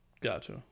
Gotcha